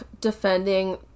defending